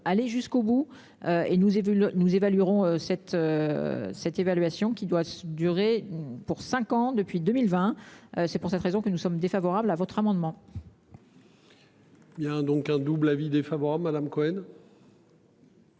aller jusqu'au bout et nous et vu le nous évaluerons cette. Cette évaluation qui doit durer pour 5 ans depuis 2020. C'est pour cette raison que nous sommes défavorables à votre amendement. Il y a donc un double avis défavorable Madame Cohen.